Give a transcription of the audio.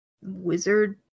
wizard